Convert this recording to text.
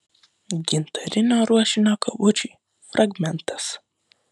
gintarinio ruošinio kabučiui fragmentas